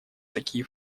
такие